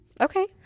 Okay